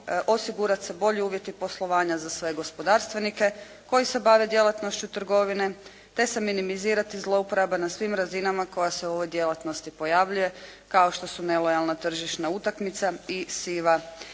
osigurati se bolji uvjeti poslovanja za sve gospodarstvenike koji se bave djelatnošću trgovine te se minimizirani zlouporaba na svim razinama koja se u ovoj djelatnosti pojavljuje kao što su nelojalna tržišna utakmica i siva